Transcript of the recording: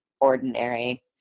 ordinary